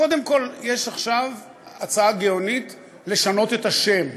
קודם כול, יש עכשיו הצעה גאונית לשנות את השם,